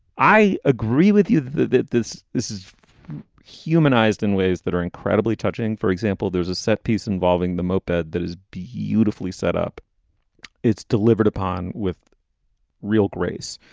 i agree with you that this this is humanized in ways that are incredibly touching. for example, there's a set piece involving the moped that is beautifully set up it's delivered upon with real grace.